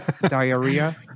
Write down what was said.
Diarrhea